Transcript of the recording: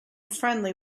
friendly